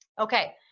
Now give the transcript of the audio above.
Okay